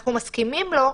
אנחנו מסכימים לו,